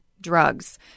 drugs